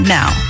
now